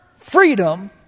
freedom